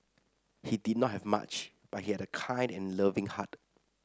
he did not have much but he had a kind and loving heart